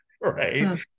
right